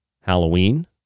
Halloween